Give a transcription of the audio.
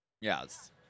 Yes